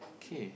okay